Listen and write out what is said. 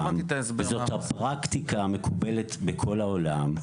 וזאת הפרקטיקה המקובלת בכל העולם.